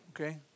okay